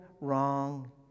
wrong